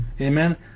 Amen